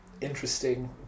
interesting